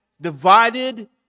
divided